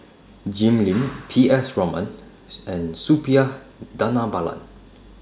Jim Lim P S Raman and Suppiah Dhanabalan